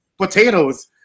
potatoes